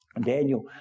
Daniel